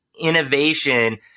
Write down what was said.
innovation